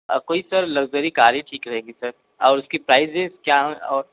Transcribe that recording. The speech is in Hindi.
कोई सर लक्ज़री कार ही ठीक रहेगी सर और उसकी प्राइज़ेज क्या और